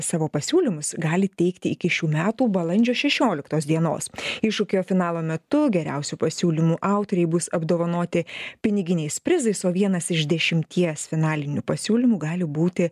savo pasiūlymus gali teikti iki šių metų balandžio šešioliktos dienos iššūkio finalo metu geriausių pasiūlymų autoriai bus apdovanoti piniginiais prizais o vienas iš dešimties finalinių pasiūlymų gali būti